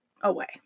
away